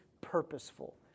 purposeful